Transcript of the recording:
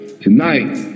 Tonight